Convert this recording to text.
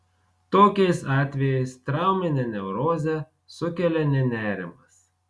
tokiais atvejais trauminę neurozę sukelia ne nerimas